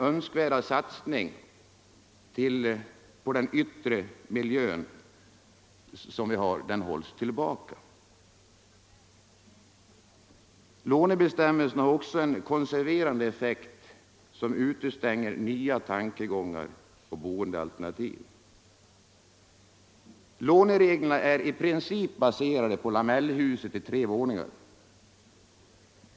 Önskvärd satsning på den yttre miljön hålls tillbaka. Lånebestämmelserna har också en konserverande effekt som utestänger nya tankegångar och boendealternativ. Lånereglerna är i princip baserade på lamellhuset i tre våningar.